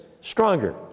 stronger